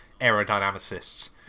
aerodynamicists